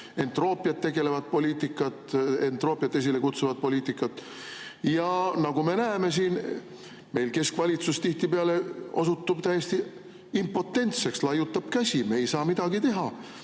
riiklust lammutavat poliitikat, entroopiat esilekutsuvat poliitikat. Nagu me näeme, meil keskvalitsus tihtipeale osutub täiesti impotentseks, laiutab käsi: me ei saa midagi teha,